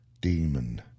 Demon